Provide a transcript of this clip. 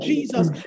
Jesus